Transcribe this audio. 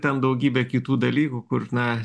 ten daugybė kitų dalykų kur na